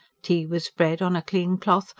tea was spread, on a clean cloth,